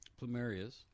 plumerias